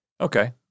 Okay